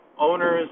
owners